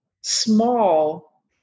small